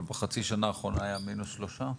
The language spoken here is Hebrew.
אבל בחצי שנה האחרונה היה מינוס שלושה?